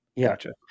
Gotcha